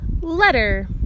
letter